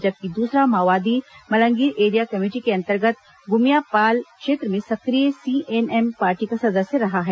जबकि दूसरा माओवादी मलंगीर एरिया कमेटी के अंतर्गत गुमियापाल क्षेत्र में सक्रिय सीएनएम पार्टी का सदस्य रहा है